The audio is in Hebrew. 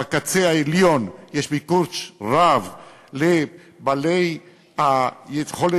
בקצה העליון יש ביקוש רב לבעלי יכולת